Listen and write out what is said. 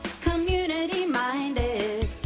community-minded